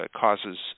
causes